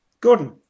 Gordon